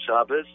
Shabbos